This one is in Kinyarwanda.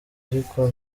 ariko